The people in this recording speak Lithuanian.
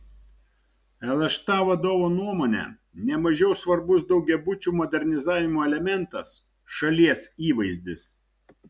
lšta vadovo nuomone ne mažiau svarbus daugiabučių modernizavimo elementas šalies įvaizdis